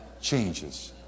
changes